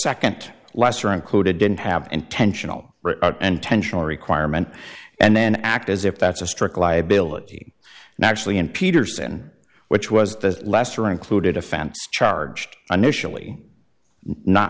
second lesser included didn't have intentional and tensional requirement and then act as if that's a strict liability and actually in peterson which was the lesser included offense charged an initially not